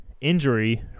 injury